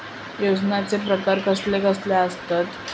योजनांचे प्रकार कसले कसले असतत?